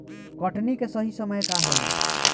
कटनी के सही समय का होला?